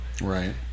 Right